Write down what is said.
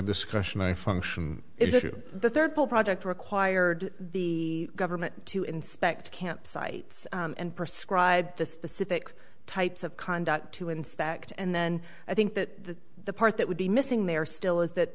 discussion i function issue the third pole project required the government to inspect camp sites and prescribe the specific types of conduct to inspect and then i think that the part that would be missing there still is that